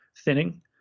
thinning